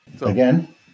again